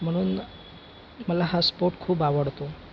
म्हणून मला हा स्पोर्ट खूप आवडतो